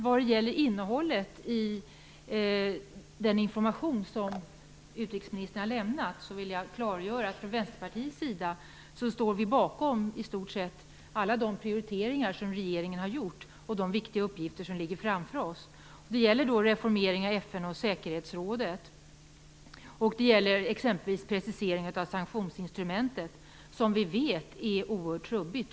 När det gäller innehållet i den information som utrikesministern lämnade, vill jag klargöra att vi från Vänsterpartiets sida står bakom i stort sett alla de prioriteringar som regeringen har gjort. Vi står bakom regeringen i fråga om de viktiga uppgifter som ligger framför oss. Det gäller reformeringen av FN och säkerhetsrådet, exempelvis preciseringen av sanktionsinstrumentet. Vi vet att det är oerhört trubbigt.